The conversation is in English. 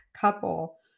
couple